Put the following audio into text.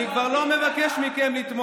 אבל זה ישתנה, אני מבטיח לך.